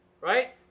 right